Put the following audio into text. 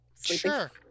Sure